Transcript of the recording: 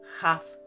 half